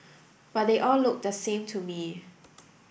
but they all looked the same to me